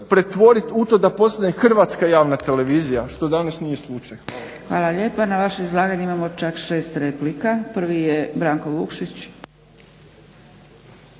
pretvorit u to da postane hrvatska javna televizija što danas nije slučaj.